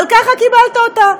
אבל ככה קיבלת אותה.